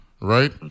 right